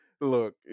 look